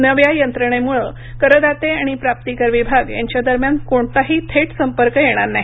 नव्या यंत्रणेमुळं करदाते आणि प्राप्तीकर विभाग यांच्यादरम्यान कोणताही थेट संपर्क येणार नाही